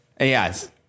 Yes